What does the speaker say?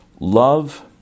Love